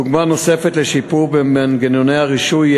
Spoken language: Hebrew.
דוגמה נוספת לשיפור במנגנוני הרישוי היא